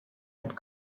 had